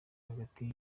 hatitawe